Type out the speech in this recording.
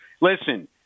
Listen